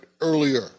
earlier